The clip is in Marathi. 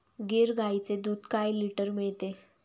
गीर गाईचे दूध काय लिटर मिळते?